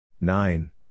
Nine